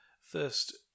first